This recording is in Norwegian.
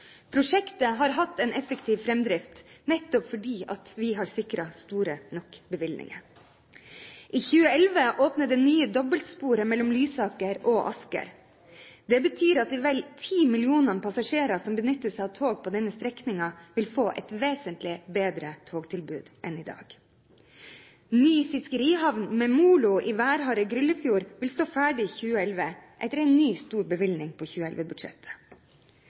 Prosjektet har hatt en effektiv framdrift, nettopp fordi vi har sikret store nok bevilgninger. I 2011 åpner det nye dobbeltsporet mellom Lysaker og Asker. Det betyr at de vel 10 millioner passasjerer som benytter seg av tog på denne strekningen, vil få et vesentlig bedre togtilbud enn i dag. Ny fiskerihavn med molo i værharde Gryllefjord vil stå ferdig i 2011, etter en ny stor bevilgning på